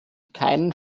keinen